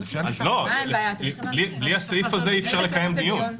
בלי הסעיף הזה אי-אפשר לקיים דיון.